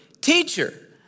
Teacher